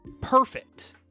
perfect